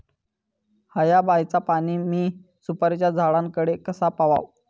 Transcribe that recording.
हया बायचा पाणी मी सुपारीच्या झाडान कडे कसा पावाव?